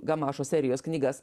gamašo serijos knygas